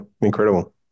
incredible